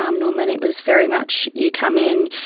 um norman, it was very much you come in,